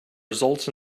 results